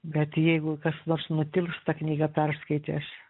bet jeigu kas nors nutils tą knygą perskaitęs